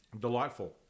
Delightful